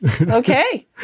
Okay